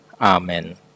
Amen